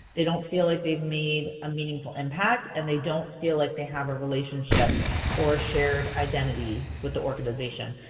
they don't feel like they've made a meaningful impact. and they don't feel like they have a relationship or shared identity with the organization.